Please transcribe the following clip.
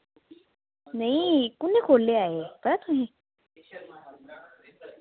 नेईं कु' खोह्लेआ एह् पता तुसें